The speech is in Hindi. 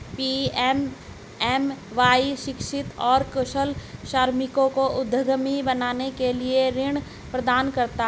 पी.एम.एम.वाई शिक्षित और कुशल श्रमिकों को उद्यमी बनने के लिए ऋण प्रदान करता है